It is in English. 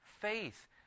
faith